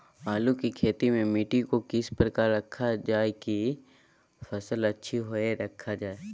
आलू की खेती में मिट्टी को किस प्रकार रखा रखा जाए की फसल अच्छी होई रखा जाए?